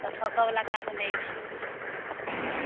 ठकऽबला काज नहि छै